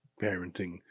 parenting